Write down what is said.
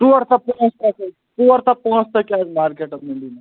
ژور ہَتھ تہٕ پنٛژاہ پیٹہِ ژور ہَتھ پانٛژھ ہَتھ کیٛاہ اَز مارکیٹَس مٔنٛڈی منٛز